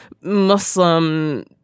Muslim